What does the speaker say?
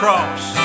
Cross